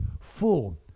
full